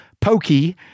pokey